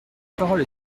parole